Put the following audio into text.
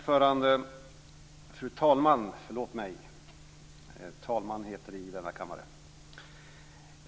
Fru talman!